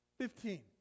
Fifteen